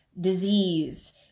disease